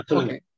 okay